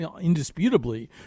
indisputably